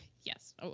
yes